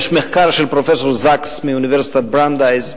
יש מחקר של פרופסור זקס מאוניברסיטת ברנדייס,